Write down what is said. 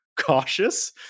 cautious